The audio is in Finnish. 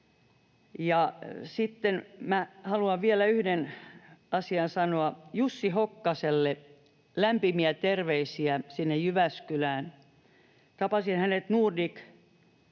minä haluan vielä yhden asian sanoa: Jussi Hokkaselle lämpimiä terveisiä sinne Jyväskylään. Tapasin hänet Nordic Fitness